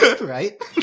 right